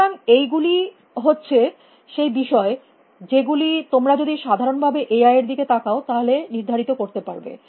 সুতরাং এই গুলোই হচ্ছে সেই বিষয় যেগুলি তোমরা যদি সাধারণ ভাবে এআই এর দিকে তাকাও তাহলে নির্ধারিত করতে পারব